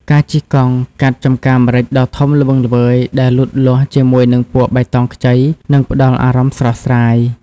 ការជិះកង់កាត់ចំការម្រេចដ៏ធំល្វឹងល្វើយដែលលូតលាស់ជាមួយនឹងពណ៌បៃតងខ្ចី នឹងផ្តល់អារម្មណ៍ស្រស់ស្រាយ។